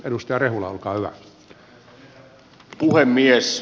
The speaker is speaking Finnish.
arvoisa herra puhemies